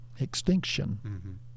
extinction